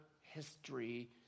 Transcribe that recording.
history